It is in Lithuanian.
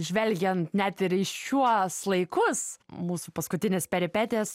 žvelgiant net ir į šiuos laikus mūsų paskutines peripetijas